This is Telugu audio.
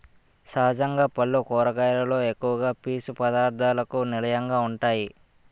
సహజంగా పల్లు కూరగాయలలో ఎక్కువ పీసు పధార్ధాలకు నిలయంగా వుంటాయి